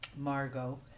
Margot